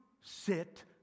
sit